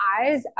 eyes